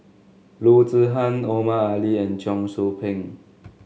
Loo Zihan Omar Ali and Cheong Soo Pieng